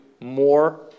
more